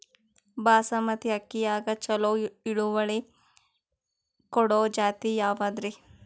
ಬಾಸಮತಿ ಅಕ್ಕಿಯಾಗ ಚಲೋ ಇಳುವರಿ ಕೊಡೊ ಜಾತಿ ಯಾವಾದ್ರಿ?